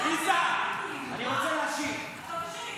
עליזה, אני רוצה להשיב.